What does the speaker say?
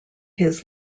his